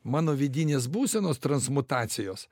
mano vidinės būsenos transmutacijos